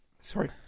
Sorry